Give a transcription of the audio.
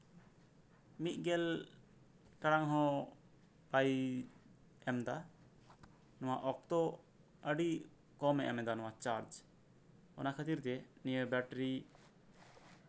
ᱢᱤᱫ ᱜᱮᱞ ᱴᱟᱲᱟᱝ ᱦᱚᱸ ᱵᱟᱭ ᱮᱢᱮᱫᱟ ᱱᱚᱣᱟ ᱚᱠᱛᱚ ᱟᱹᱰᱤ ᱠᱚᱢᱮᱭ ᱮᱢᱮᱫᱟ ᱱᱚᱣᱟ ᱪᱟᱨᱡ ᱚᱱᱟ ᱠᱷᱟᱹᱛᱤᱨ ᱛᱮ ᱱᱤᱭᱟᱹ ᱵᱮᱴᱨᱤ